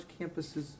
campuses